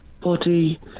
body